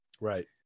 Right